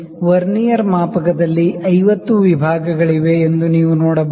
vernier ಮಾಪಕದಲ್ಲಿ 50 ವಿಭಾಗ ಗಳಿವೆ ಎಂದು ನೀವು ನೋಡಬಹುದು